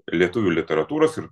lietuvių literatūros ir